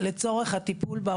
ובסוף הלשכות מתפוצצות.